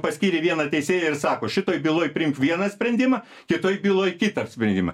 paskyrė vieną teisėją ir sako šitoj byloj priimk vieną sprendimą kitoj byloj kitą sprendimą